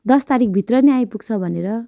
दस तारिखभित्र नै आइपुग्छ भनेर